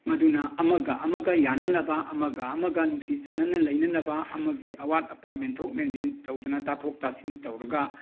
ꯃꯗꯨꯅ ꯑꯃꯒ ꯑꯃꯒ ꯌꯥꯟꯅꯅꯕ ꯑꯃꯒ ꯑꯃꯒ ꯅꯨꯡꯁꯤ ꯆꯥꯟꯅꯅ ꯂꯩꯅꯅꯕ ꯑꯃꯒꯤ ꯑꯋꯥꯠ ꯑꯄꯥ ꯃꯦꯟꯊꯣꯛ ꯃꯦꯟꯁꯤꯟ ꯇꯧꯗꯅ ꯇꯥꯊꯣꯛ ꯇꯥꯁꯤꯟ ꯇꯧꯔꯒ